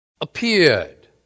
appeared